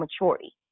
maturity